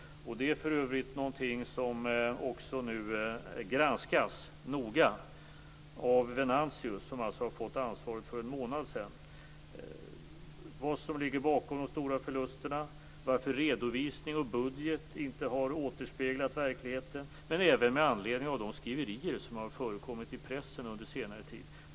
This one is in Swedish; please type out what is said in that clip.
Det är för övrigt något som nu också granskas noga av Venantius, som alltså har fått ansvaret för en månad sedan. Granskningen gäller vad som ligger bakom de stora förlusterna och varför redovisning och budget inte har återspeglat verkligheten. En annan anledning är de skriverier som har förekommit i pressen under senare tid.